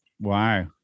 Wow